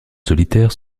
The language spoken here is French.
solitaires